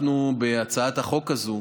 בהצעת החוק הזו